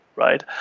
right